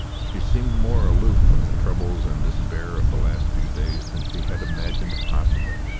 she seemed more aloof from the troubles and despair of the last few days than she had imagined possible.